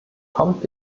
kommt